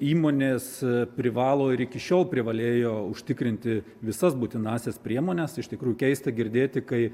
įmonės privalo ir iki šiol privalėjo užtikrinti visas būtinąsias priemones iš tikrųjų keista girdėti kai